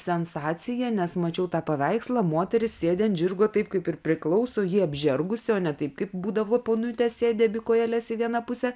sensacija nes mačiau tą paveikslą moteris sėdi ant žirgo taip kaip ir priklauso jį apžergusi o ne taip kaip būdavo poniutė sėdi kojeles į vieną pusę